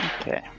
Okay